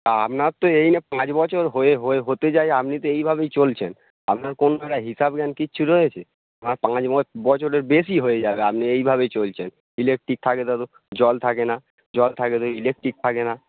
তা আপনার তো এই নিয়ে পাঁচ বছর হয়ে হয়ে হতে যায় আপনি তো এইভাবেই চলছেন আপনার কোনো একটা হিসাব জ্ঞান কিছু রয়েছে পাঁচ বছরের বেশি হয়ে যাবে আপনি এইভাবেই চলছেন ইলেকট্রিক থাকে তা তো জল থাকে না জল থাকে তো ইলেকট্রিক থাকে না